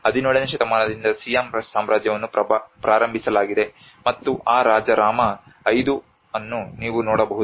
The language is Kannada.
17 ನೇ ಶತಮಾನದಿಂದ ಸಿಯಾಮ್ ಸಾಮ್ರಾಜ್ಯವನ್ನು ಪ್ರಾರಂಭಿಸಲಾಗಿದೆ ಮತ್ತು ಆ ರಾಜ ರಾಮ 5 ಅನ್ನು ನೀವು ನೋಡಬಹುದು